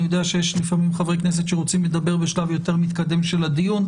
אני יודע שיש לפעמים חברי כנסת שרוצים לדבר בשלב יותר מתקדם של הדיון,